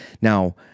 Now